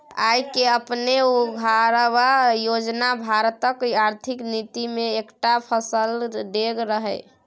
आय केँ अपने उघारब योजना भारतक आर्थिक नीति मे एकटा सफल डेग रहय